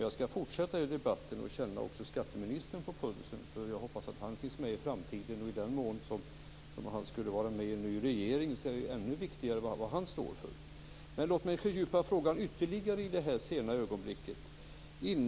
Jag skall fortsätta debatten och också känna skatteministern på pulsen, för jag hoppas att han kommer att finnas med i framtiden. I den mån han skulle vara med i en ny regering är det ännu viktigare att veta vad han står för. Men låt mig fördjupa frågan ytterligare i detta sena ögonblick.